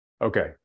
Okay